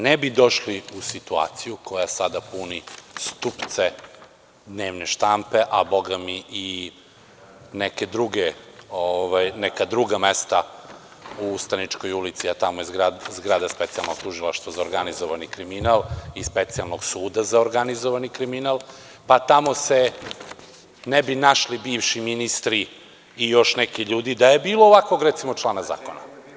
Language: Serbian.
Ne bi došli u situaciju koja sada puni stupce dnevne štampe, a bogami i neka druga mesta u Ustaničkoj ulici, a tamo je zgrada Specijalnog tužilaštva za organizovani kriminal i Specijalnog suda za organizovani kriminal, pa tamo se ne bi našli bivši ministri i još neki ljudi da je bilo ovakvog, recimo, člana zakona.